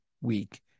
week